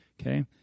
Okay